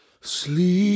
sleep